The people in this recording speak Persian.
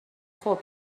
خوب